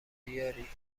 بیاری